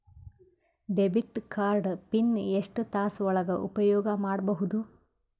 Debit card pin ಎಷ್ಟ ತಾಸ ಒಳಗ ಉಪಯೋಗ ಮಾಡ್ಬಹುದು?